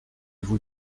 vous